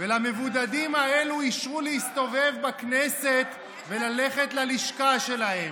ולמבודדים האלה אישרו להסתובב בכנסת וללכת ללשכה שלכם.